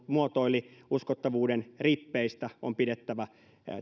muotoili uskottavuuden rippeistä on pidettävä